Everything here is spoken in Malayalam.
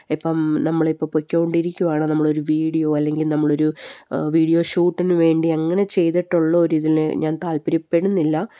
ഇപ്പം നമ്മൾ ഇപ്പം പോയിക്കൊണ്ടിരിക്കുവാണ് നമ്മൾ ഒരു വീഡിയോ അല്ലെങ്കിൽ നമ്മളൊരു വീഡിയോ ഷൂട്ടിന് വേണ്ടി അങ്ങനെ ചെയ്തിട്ടുള്ള ഒരിതിൽ ഞാൻ താല്പര്യപ്പെടുന്നില്ല